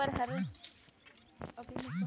कोपर हर नांगर मन ले बगरा ओजन कर रहथे